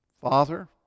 Father